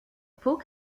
pot